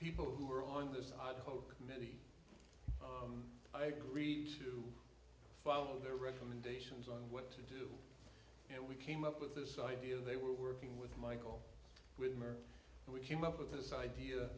people who are on this idaho committee i agreed to follow their recommendations on what to do and we came up with this idea they were working with michael with her and we came up with this idea